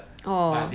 orh